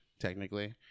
technically